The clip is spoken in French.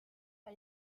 par